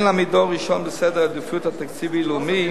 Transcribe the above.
ואין להעמידו ראשון בסדר העדיפויות התקציבי הלאומי.